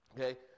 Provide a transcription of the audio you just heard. okay